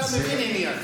אתה מבין עניין.